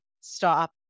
stop